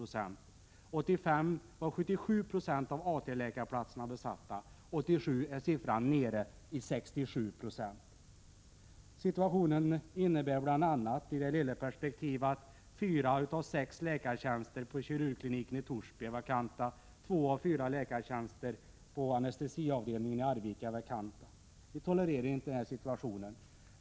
1985 var 77 90 av AT-läkarplatserna besatta. 1987 är siffran nere i 67 9. Situationen innebär bl.a. i det lilla perspektivet att fyra av sex läkartjänster på kirurgkliniken i Torsby är vakanta och att två av fyra läkartjänster på anestesiavdelningen i Arvika är vakanta. 2 Vi tolererar inte den här situationen.